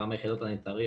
כמה יחידות אני צריך.